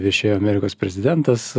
viešėjo amerikos prezidentas